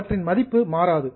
அவற்றின் மதிப்பு மாறாது